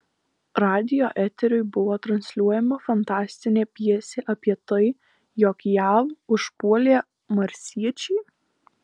radijo eteriu buvo transliuojama fantastinė pjesė apie tai jog jav užpuolė marsiečiai